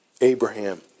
Abraham